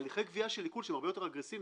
הליכי גבייה של עיקול שהם הרבה יותר אגרסיביים,